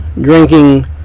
drinking